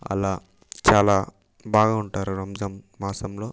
అలా చాలా బాగుంటారు రంజాన్ మాసంలో